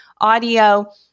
audio